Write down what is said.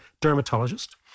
dermatologist